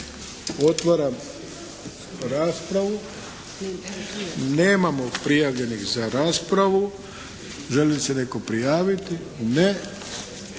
Otvaram raspravu. Nemamo prijavljenih za raspravu. Želi li se netko prijaviti? Ne.